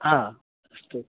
अस्तु